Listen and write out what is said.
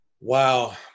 Wow